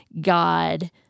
god